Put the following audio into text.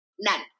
None